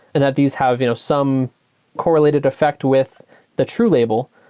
and that these have you know some correlated effect with the true label,